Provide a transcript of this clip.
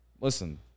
listen